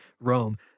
Rome